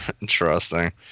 Interesting